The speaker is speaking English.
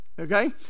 okay